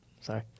Sorry